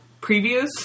previews